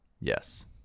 Yes